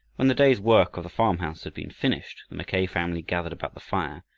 when the day's work of the farmhouse had been finished, the mackay family gathered about the fire,